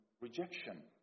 rejection